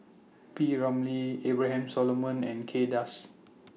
P Ramlee Abraham Solomon and Kay Das